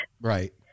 Right